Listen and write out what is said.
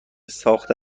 ساخته